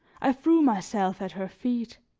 i threw myself at her feet.